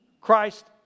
Christ